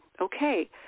okay